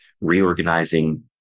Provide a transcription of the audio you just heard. reorganizing